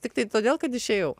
tiktai todėl kad išėjau